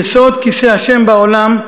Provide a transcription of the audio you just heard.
יסוד כיסא ה' בעולם,